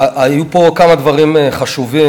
היו פה כמה דברים חשובים,